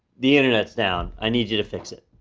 the internet's down, i need you to fix it,